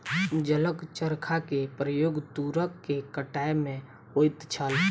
जलक चरखा के प्रयोग तूर के कटै में होइत छल